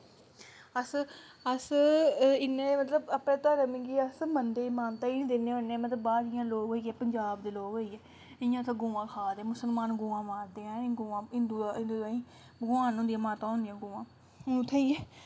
अस अस इन्ने मतलब अपने घर्म गी अस मनदे मान्यता गे नेईं दिन्ने होन्ने मतलब बाह्र इ'यां लोक होई गे पंजाब दे लोक होई गे इ'यां उत्थै गवां खा'रदे मुसलमान गवां मारदे न गवां हिन्दुऐं ताहीं भगवान होदियां माता होदियां गवां हून उत्थै जाइयै